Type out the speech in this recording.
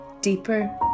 deeper